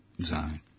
zone